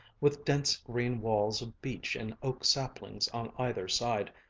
with dense green walls of beech and oak saplings on either side,